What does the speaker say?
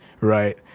right